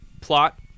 plot